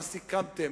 מה סיכמתם,